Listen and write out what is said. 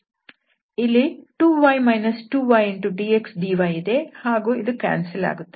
ಇಲ್ಲಿ 2y 2ydxdy ಇದೆ ಹಾಗೂ ಇದು ಕ್ಯಾನ್ಸಲ್ ಆಗುತ್ತದೆ